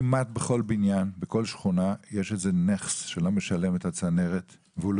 כמעט בכל בניין בכל שכונה יש מישהו שלא משלם את הצנרת ולא